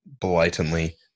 blatantly